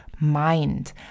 mind